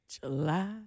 July